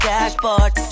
Dashboard